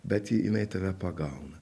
bet ji jinai tave pagauna